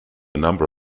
number